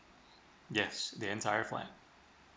yes the entire flat